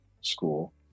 school